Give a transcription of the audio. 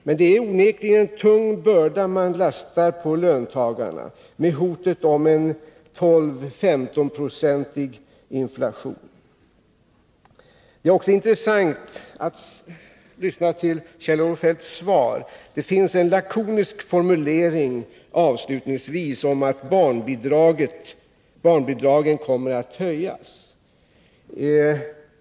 Men det är onekligen en tung börda man lastar på löntagarna med hotet om en 12-15-procentig inflation. Det var också intressant att lyssna till Kjell-Olof Feldts svar. Där fanns avslutningsvis en lakonisk formulering om att barnbidragen kommer att höjas.